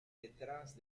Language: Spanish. detrás